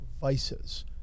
vices